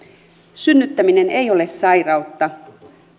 synnyttäminen ei ole sairautta